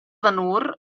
vanur